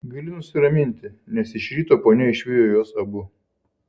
gali nusiraminti nes iš ryto ponia išvijo juos abu